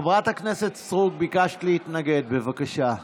חברת הכנסת סטרוק, ביקשת להתנגד, בבקשה.